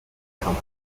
company